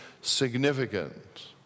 significant